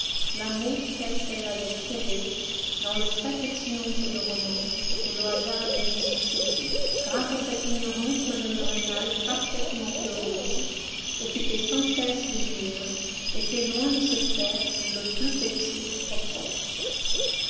l'amour tel qu'elle l'avait trouvé dans le très petit nombre de romans que le hasard avait mis sous ses yeux grâce à cette ignorance mme de rênal parfaitement heureuse occupée sans cesse de julien était loin de se faire le plus petit reproche